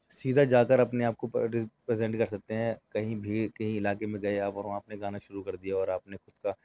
سیدھا جا کر اپنے آپ کو پریزنٹ کر سکتے ہیں کہیں بھی کہیں علاقے میں گئے آپ اور وہاں آپ نے گانے شروع کر دیئے اور آپ نے خود کا